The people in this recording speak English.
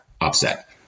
upset